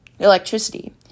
electricity